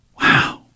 Wow